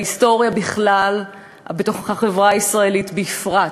בהיסטוריה בכלל ובתוך החברה הישראלית בפרט,